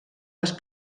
les